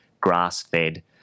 grass-fed